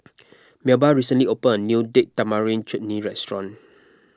Melba recently opened a new Date Tamarind Chutney restaurant